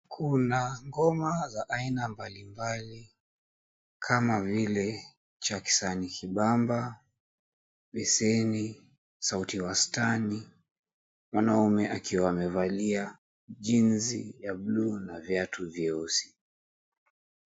Kuna ngoma za aina mbalimbali kama vile cha kisani kimbamba, viseni, sauti wastani, wanaume akiwa amevalia jeans ya buluu na viatu nyeusi.